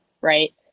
right